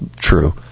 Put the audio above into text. true